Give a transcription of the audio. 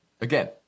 Again